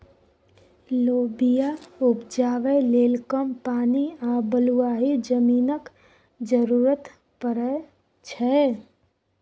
लोबिया उपजाबै लेल कम पानि आ बलुआही जमीनक जरुरत परै छै